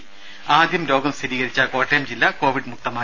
ത ആദ്യം രോഗം സ്ഥിരീകരിച്ച കോട്ടയം ജില്ല കോവിഡ് മുക്തമായി